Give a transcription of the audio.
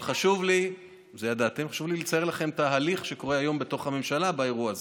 אבל חשוב לי לצייר לכם את ההליך שקורה בתוך הממשלה באירוע הזה.